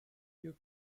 you